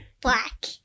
Black